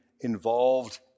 involved